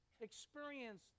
experience